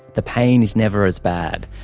the pain is never as bad.